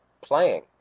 playing